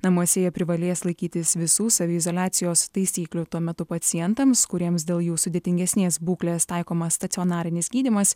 namuose jie privalės laikytis visų saviizoliacijos taisyklių tuo metu pacientams kuriems dėl jų sudėtingesnės būklės taikomas stacionarinis gydymas